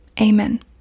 amen